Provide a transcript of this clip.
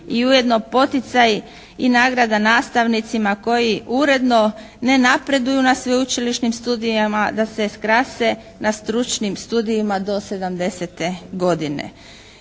i ujedno poticaj i nagrada nastavnicima koji uredno ne napreduju na sveučilišnim studijima da se skrase na stručnim studijima do sedamdesete